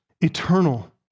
eternal